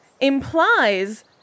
implies